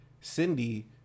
Cindy